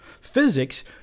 Physics